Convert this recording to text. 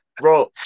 bro